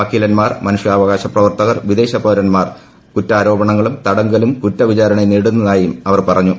വക്കീലൻമാർ മനുഷ്യാവകാശ പ്രവർത്തകർ വിദേശപൌരൻമാർ കുറ്റാരോപണങ്ങളും തടങ്കലും കുറ്റവിചാരണയും നേരിടുന്നതായും അവർപറഞ്ഞു